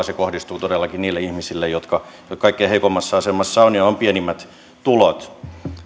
se kohdistuu todellakin niihin ihmisiin jotka kaikkein heikoimmassa asemassa ovat ja joilla on pienimmät tulot mutta